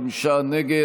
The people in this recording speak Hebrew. נגד.